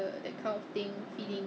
不靠谱啊 they say